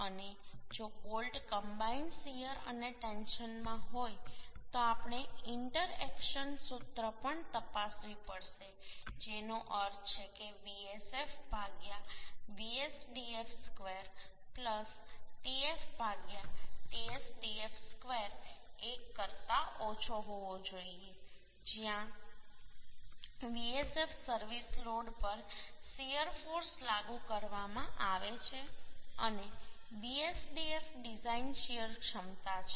અને જો bolt combine shear અને ટેન્શનમાં હોય તો આપણે ઈન્ટરએક્શન સૂત્ર પણ તપાસવી પડશે જેનો અર્થ છે કે Vsf Vsdf² Tf Tsdf² 1 કરતા ઓછો હોવો જોઈએ જ્યાં Vsf સર્વિસ લોડ પર શીયર ફોર્સ લાગુ કરવામાં આવે છે અને Vsdf ડિઝાઇન શીયર ક્ષમતા છે